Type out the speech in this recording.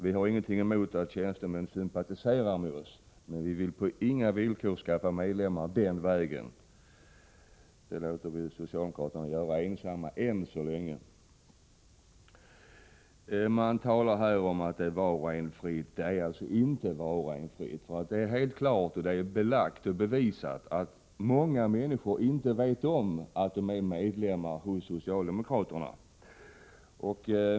Vi har ingenting emot att tjänstemän sympatiserar med oss, men vi vill på inga villkor skaffa medlemmar på det sätt som här nämnts. Det kan socialdemokraterna ensamma göra, ännu så länge. Man talar här om att det står var och en fritt att avgöra hur hon eller han vill ha det. Men det är alltså inte så. Det är helt klart — det är bevisat — att många människor inte vet om att de är medlemmar i det socialdemokratiska partiet.